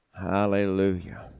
Hallelujah